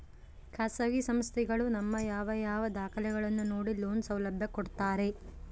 ಖಾಸಗಿ ಸಂಸ್ಥೆಗಳು ನಮ್ಮ ಯಾವ ಯಾವ ದಾಖಲೆಗಳನ್ನು ನೋಡಿ ಲೋನ್ ಸೌಲಭ್ಯ ಕೊಡ್ತಾರೆ?